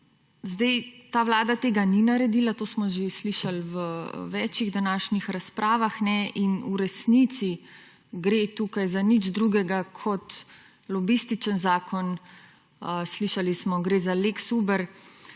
Ta vlada tega ni naredila, to smo že slišali v več današnjih razpravah in v resnici gre tukaj za nič drugega kot lobističen zakon. Slišali smo, gre za lex Uber,